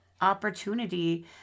opportunity